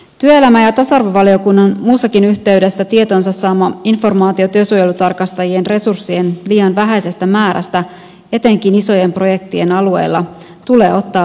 työelämä ja tasa arvovaliokunnan muussakin yhteydessä tietoonsa saama informaatio työsuojelutarkastajien resurssien liian vähäisestä määrästä etenkin isojen projektien alueella tulee ottaa vakavasti